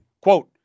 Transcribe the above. quote